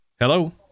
hello